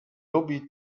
lubi